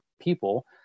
people